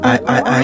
I-I-I